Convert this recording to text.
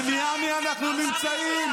במיאמי אנחנו נמצאים?